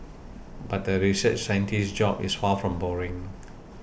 but the research scientist's job is far from boring